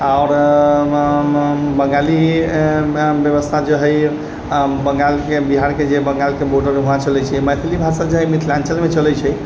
आओर बङ्गालीमे बेबस्था जे हइ बङ्गालके बिहारके जे बङ्गालके बॉडर हइ वहाँ चलै छै मैथिली भाषा जे हइ मिथिलाञ्चलमे चलै छै